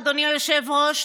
אדוני היושב-ראש,